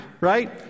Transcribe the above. right